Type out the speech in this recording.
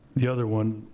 the other one,